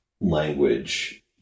language